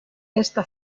esta